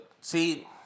See